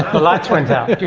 the lights went out.